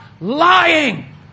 lying